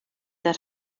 that